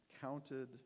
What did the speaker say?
counted